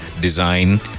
Design